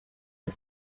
the